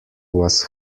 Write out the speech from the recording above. was